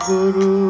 Guru